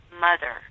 mother